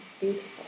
beautiful